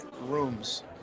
rooms